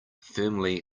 firmly